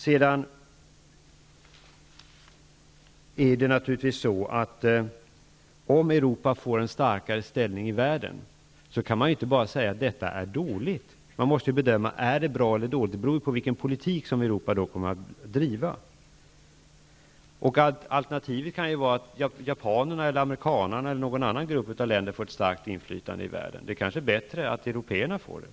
Det är naturligtvis så att om Europa får en starkare ställning i världen kan man inte bara säga att detta är dåligt. Man måste ju bedöma om det är bra eller dåligt, och det beror på vilken politik som Europa då kommer att driva. Alternativet kan ju vara att japanerna eller amerikanarna eller någon annan grupp av länder får ett starkt inflytande i världen. Det är kanske bättre att européerna får det.